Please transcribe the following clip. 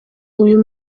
uyu